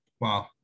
Wow